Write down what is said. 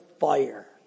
fire